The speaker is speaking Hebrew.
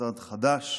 משרד חדש,